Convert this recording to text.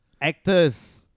actors